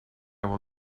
will